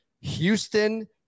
Houston